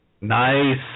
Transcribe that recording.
Nice